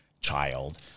child